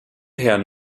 herrn